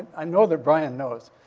i know that brian knows.